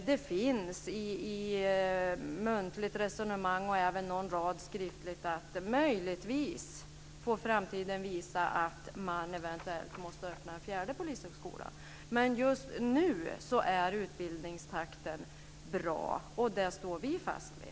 Det sägs i muntligt resonemang och finns även någon rad skriftligt om att möjligtvis får framtiden utvisa om man eventuellt måste öppna en fjärde polishögskola. Men just nu är utbildningstakten bra, och det står vi fast vid.